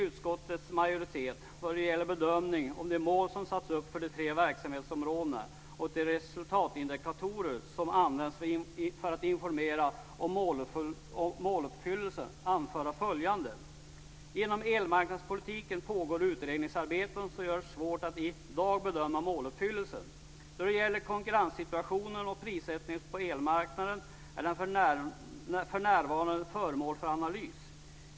Utskottets majoritet vill, vad gäller bedömningen av mål som satts upp för de tre verksamhetsområdena och de resultatindikatorer som används för att informera om måluppfyllelsen, anföra följande: Inom elmarknadspolitiken pågår utredningsarbeten som gör det svårt att i dag bedöma måluppfyllelsen. Konkurrenssituationen och prissättningen på elmarknaden är för närvarande föremål för analys.